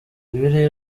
bibiliya